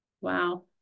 Wow